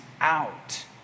out